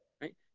right